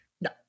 No